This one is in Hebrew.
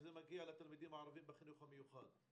כשזה מגיע לתלמידים הערבים בחינוך המיוחד: